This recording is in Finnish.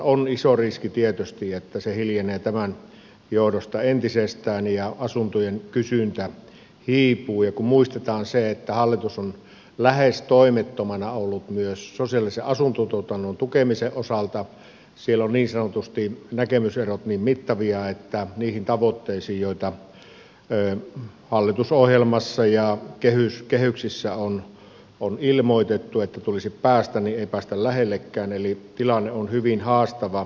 on iso riski tietysti että se hiljenee tämän johdosta entisestään ja asuntojen kysyntä hiipuu ja kun muistetaan se että hallitus on lähes toimettomana ollut myös sosiaalisen asuntotuotannon tukemisen osalta siellä ovat niin sanotusti näkemyserot niin mittavia että niihin tavoitteisiin joihin hallitusohjelmassa ja kehyksissä on ilmoitettu että tulisi päästä ei päästä lähellekään tilanne on hyvin haastava